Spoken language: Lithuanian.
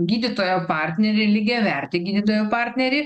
gydytojo partnerį lygiavertį gydytojo partnerį